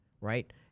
right